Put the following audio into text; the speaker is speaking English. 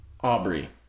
Aubrey